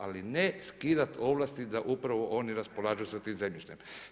Ali ne skidati ovlasti da upravo oni raspolažu sa tim zemljištem.